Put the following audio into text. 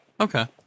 Okay